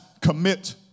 commit